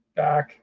back